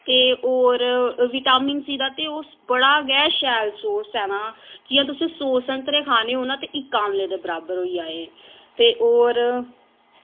ते होर vitamin C दा ते ओह् बड़ा गै शैल सोर्स ऐ ना जि'यां तुसें सौ संतरे खाने होन ना ते इक आमले दे बराबर होइया एह् ते होर